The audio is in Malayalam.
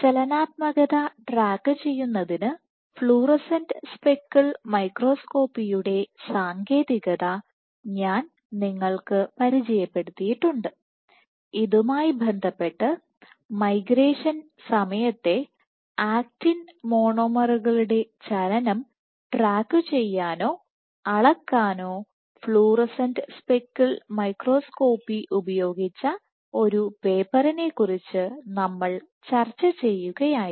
ചലനാത്മകത ട്രാക്കുചെയ്യുന്നതിന് ഫ്ലൂറസെന്റ് സ്പെക്കിൾ മൈക്രോസ്കോപ്പിയുടെസാങ്കേതികത ഞാൻ നിങ്ങൾക്ക് പരിചയപ്പെടുത്തിയിട്ടുണ്ട് ഇതുമായി ബന്ധപ്പെട്ട് മൈഗ്രേഷൻ സമയത്തെ ആക്റ്റിൻ മോണോമറുകളുടെ ചലനം ട്രാക്കുചെയ്യാനോ അളക്കാനോ ഫ്ലൂറസെന്റ് സ്പെക്കിൾ മൈക്രോസ്കോപ്പി ഉപയോഗിച്ച ഒരു പേപ്പറിനെക്കുറിച്ച് നമ്മൾ ചർച്ച ചെയ്യുകയായിരുന്നു